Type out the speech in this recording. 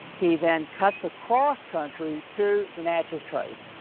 he then cuts across country to the natchez trace.